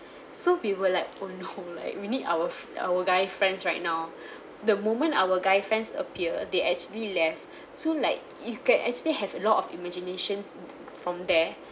so we were like oh no like we need our f~ our guy friends right now the moment our guy friends appear they actually left so like you can actually have a lot of imaginations from there